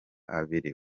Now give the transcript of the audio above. abiri